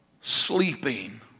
sleeping